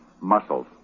Muscles